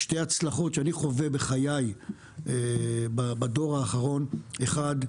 שתי הצלחות שאני חווה בחיי בדור האחרון האחד,